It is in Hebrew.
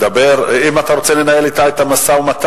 אם אתה רוצה לנהל אתה את המשא-ומתן,